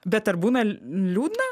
bet ar būna liūdna